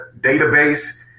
database